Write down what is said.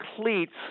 cleats